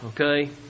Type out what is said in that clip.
okay